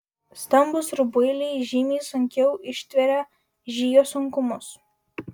stambūs rubuiliai žymiai sunkiau ištveria žygio sunkumus